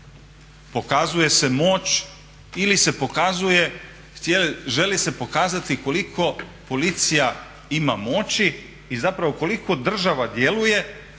pokazuje, želi se pokazati koliko policija ima moći i zapravo koliko država djeluje